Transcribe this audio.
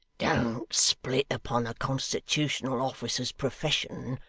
don't split upon a constitutional officer's profession,